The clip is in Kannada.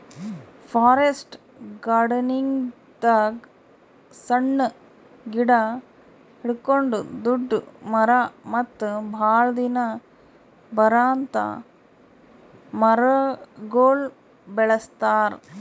ಫಾರೆಸ್ಟ್ ಗಾರ್ಡನಿಂಗ್ದಾಗ್ ಸಣ್ಣ್ ಗಿಡ ಹಿಡ್ಕೊಂಡ್ ದೊಡ್ಡ್ ಮರ ಮತ್ತ್ ಭಾಳ್ ದಿನ ಬರಾಂತ್ ಮರಗೊಳ್ ಬೆಳಸ್ತಾರ್